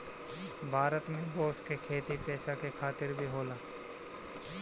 भारत में बांस क खेती पैसा के खातिर भी होला